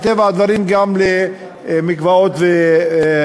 מטבע הדברים גם למקוואות ובתי-מרחץ.